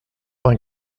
vingt